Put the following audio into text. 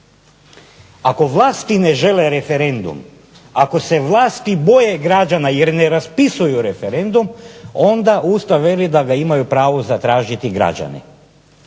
Ako vlasti ne žele referendum, ako se vlasti boje građana jer ne raspisuju referendum onda Ustav veli da ga imaju pravo zatražiti građani.